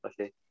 Okay